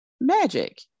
magic